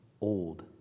old